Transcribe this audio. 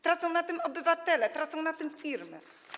Tracą na tym obywatele, tracą na tym firmy.